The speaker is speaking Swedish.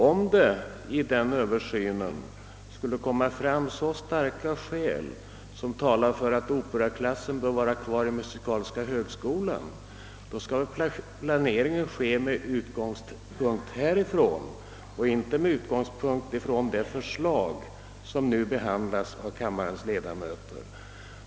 Om det vid en sådan översyn skulle komma fram skäl, som så starkt talar för att operaklassen bör vara kvar i musikhögskolan, skall väl planeringen bedrivas med utgångspunkt härifrån och inte med utgångspunkt från det förslag som nu behandlas av kammarens ledamöter.